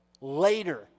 later